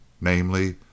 Namely